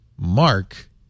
Mark